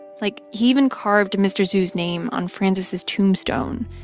like, he even carved mr. zhu's name on frances' tombstone.